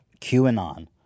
QAnon